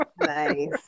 Nice